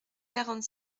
quarante